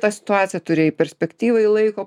ta situacija turi perspektyvai laiko